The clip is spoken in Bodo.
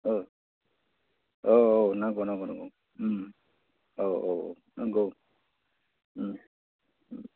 औ औ औ नंगौ नंगौ नंगौ औ औ नंगौ